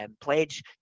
pledge